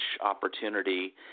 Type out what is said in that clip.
opportunity